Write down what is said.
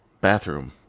Bathroom